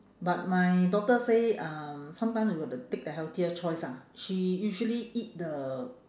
but my daughter say um sometime we got to take the healthier choice ah she usually eat the